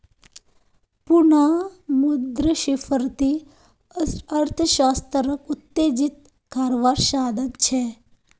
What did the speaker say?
पुनः मुद्रस्फ्रिती अर्थ्शाश्त्रोक उत्तेजित कारवार साधन छे